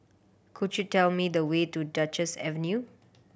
could you tell me the way to Duchess Avenue